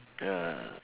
ah